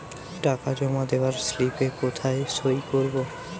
টাকা জমা দেওয়ার স্লিপে কোথায় সই করব?